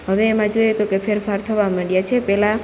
હવે એમાં જોઈએ તો કે ફેરફાર થવા મંડ્યા છે પેલા